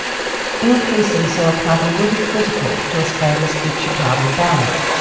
increasing soil carbon will be critical to australia's future carbon balance.